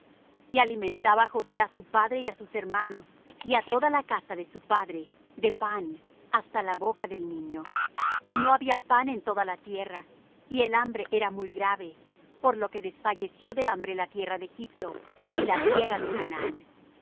y alimentaba josé á su padre y á sus hermanos y á toda la casa de su padre de pan hasta la boca del niño y no había pan en toda la tierra y el hambre era muy grave por lo que desfalleció de hambre la tierra de egipto y la tierra de canaán